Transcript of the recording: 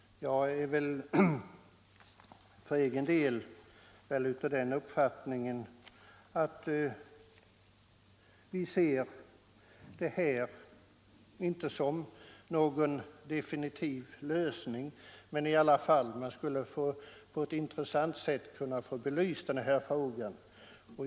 För egen del är jag av den uppfattningen att vi inte får se detta som någon definitiv lösning. Men man skulle i alla fall på ett intressant sätt kunna få den här frågan belyst.